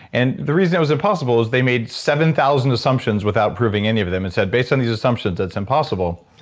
and the reason it was impossible is they made seven thousand assumptions without proving any of them. it said based on these assumptions, it's impossible.